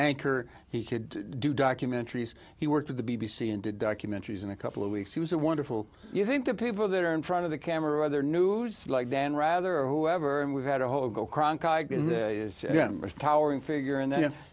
anchor he could do documentaries he worked at the b b c and did documentaries in a couple of weeks he was a wonderful you think to people that are in front of the camera other news like dan rather or whoever and we had a whole go cronkite towering figure and th